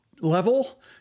level